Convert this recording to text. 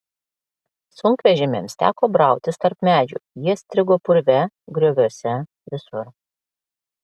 sunkvežimiams teko brautis tarp medžių jie strigo purve grioviuose visur